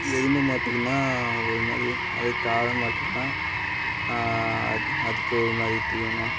எருமை மாட்டுக்குனால் ஒரு மாதிரி அதே காளை மாட்டுக்குனால் அது அதுக்கு ஒரு மாதிரி தீவனம்